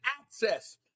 access